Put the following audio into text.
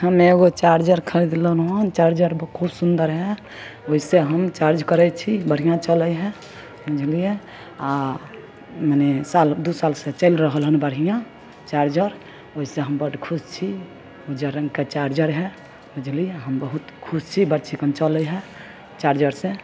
हमे एगो चार्जर खरीदलहुँ हँ चार्जर खूब सुन्दर हइ ओहिसँ हम चार्ज करै छी बढ़िआँ चलै हइ बुझलिए आओर मने साल दुइ सालसँ चलि रहल हँ बढ़िआँ चार्जर ओहिसँ हम बड़ खुश छी उज्जर रङ्गके चार्जर हइ बुझलिए हम बहुत खुश छी बड़ चिक्कन चलै हइ चार्जर से